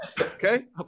Okay